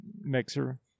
mixer